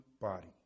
body